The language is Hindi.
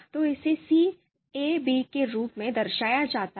तो इसे C a b के रूप में दर्शाया जाता है